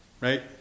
Right